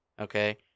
Okay